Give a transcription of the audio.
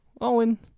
Owen